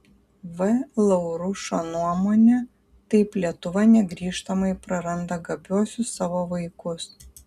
v laurušo nuomone taip lietuva negrįžtamai praranda gabiuosius savo vaikus